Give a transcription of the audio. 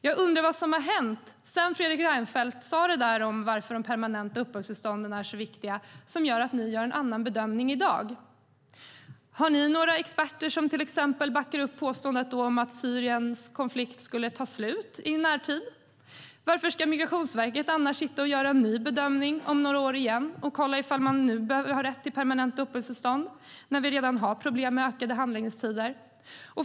Jag undrar vad som har hänt sedan Fredrik Reinfeldt sa det där om varför de permanenta uppehållstillstånden är så viktiga som gör att ni gör en annan bedömning i dag. Har ni några experter som till exempel backar upp påståendet om att konflikten i Syrien skulle ta slut i närtid? Varför ska Migrationsverket annars göra en ny bedömning om några år igen och kolla om man nu behöver ha rätt till permanenta uppehållstillstånd? Vi har ju redan problem med ökade handläggningstider.